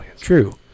True